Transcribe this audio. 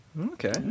okay